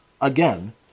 again